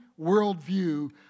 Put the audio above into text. worldview